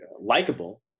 likable